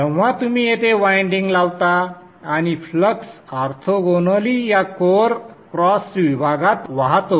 जेव्हा तुम्ही येथे वायंडिंग लावता आणि फ्लक्स ऑर्थोगोनीली या कोअर क्रॉस विभागात वाहतो